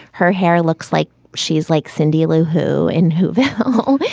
her hair looks like she is like cindy lou. who in whoville. oh, hey,